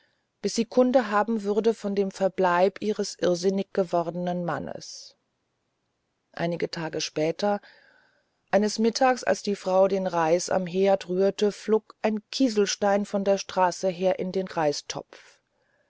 bis sie kunde haben würde von dem verbleib ihres irrsinnig gewordenen mannes einige tage später eines mittags als die frau den reis am herd rührte flog ein kieselstein von der straße her in den reistopf